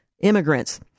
immigrants